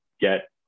get